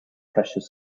precious